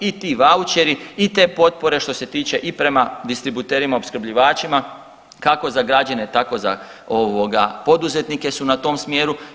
I ti vaučeri i te potpore što se tiče i prema distributerima, opskrbljivačima kako za građane, tako za ovoga poduzetnike su na tom smjeru.